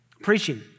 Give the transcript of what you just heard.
Preaching